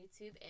YouTube